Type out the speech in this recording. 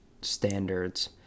standards